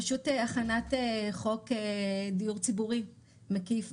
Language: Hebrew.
פשוט הכנת חוק דיור ציבורי מקיף,